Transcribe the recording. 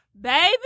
Baby